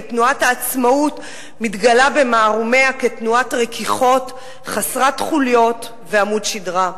ותנועת העצמאות מתגלה במערומיה כתנועת רכיכות חסרת חוליות ועמוד שדרה.